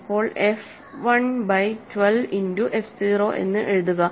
ഇപ്പോൾ F 1 by 12 into f 0 എന്ന് എഴുതുക